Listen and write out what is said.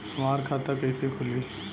हमार खाता कईसे खुली?